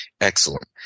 Excellent